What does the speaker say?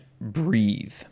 breathe